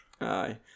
aye